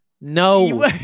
No